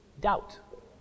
doubt